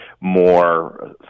more